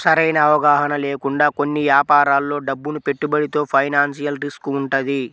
సరైన అవగాహన లేకుండా కొన్ని యాపారాల్లో డబ్బును పెట్టుబడితో ఫైనాన్షియల్ రిస్క్ వుంటది